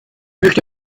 möchte